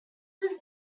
was